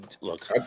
look